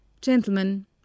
Gentlemen